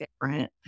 different